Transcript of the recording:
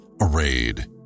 arrayed